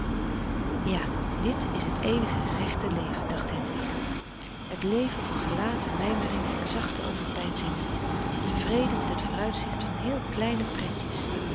ja dit is het eenige rechte leven dacht hedwig het leven van gelaten mijmeringen en zachte overpeinzingen tevreden met t vooruitzicht van heel kleine pretjes